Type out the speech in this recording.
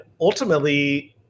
ultimately